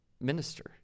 minister